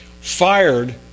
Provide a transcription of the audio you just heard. fired